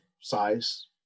size